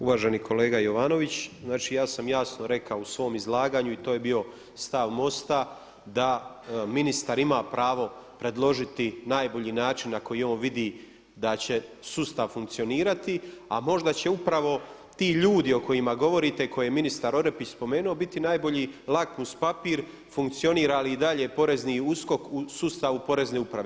Uvaženi kolega Jovanović, znači ja sam jasno rekao u svom izlaganju i to je bio stav MOST-a da ministar ima pravo predložiti najbolji način na koji on vidi da će sustav funkcionirati a možda će upravo ti ljudi o kojima govorite, koje je ministar Orepić spomenuo biti najbolji lakmus papir, funkcionira ali i dalje je porezni USKOK u sustavu porezne uprave.